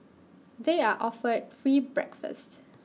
they are offered free breakfasts